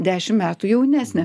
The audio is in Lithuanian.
dešim metų jaunesnė